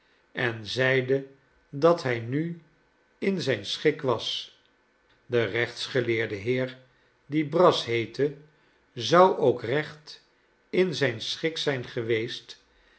en zeide dat hij nu in zijn schik was de rechtsgeleerde heer die brass heette zou ook recht in zijn schik zijn geweest